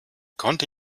konnte